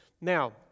Now